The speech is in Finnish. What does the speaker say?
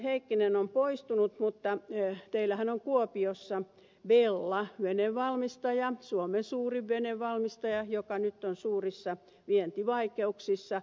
heikkinen onkin poistunut on kuopiossa bella suomen suurin venevalmistaja joka nyt on suurissa vientivaikeuksissa